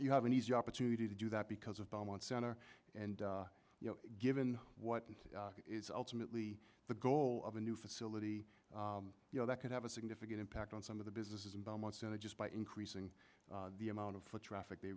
you have an easy opportunity to do that because of belmont center and you know given what is ultimately the goal of a new facility you know that could have a significant impact on some of the businesses in belmont center just by increasing the amount of foot traffic they